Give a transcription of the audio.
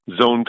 zone